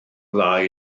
ddau